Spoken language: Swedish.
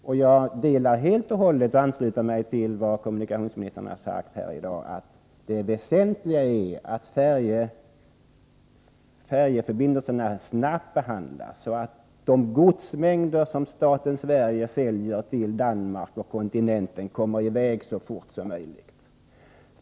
Jag ansluter mig helt och hållet till vad kommunikationsministern har sagt här i dag — att det väsentliga är att färjeförbindleserna snabbt behandlas och att de godsmängder som Sverige säljer till Danmark och kontinenten kommer i väg så fort som möjligt.